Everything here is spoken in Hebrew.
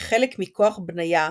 כחלק מ"כוח בניה",